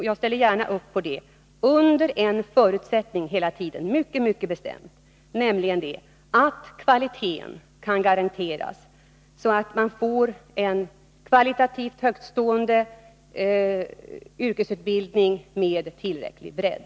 Jag ställer mig gärna bakom sådana utbildningar under den mycket bestämda förutsättningen att kvaliteten kan garanteras och att vi får en kvalitativt högtstående yrkesutbildning med tillräcklig bredd.